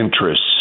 interests